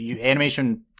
animation